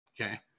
Okay